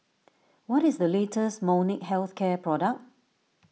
what is the latest Molnylcke Health Care product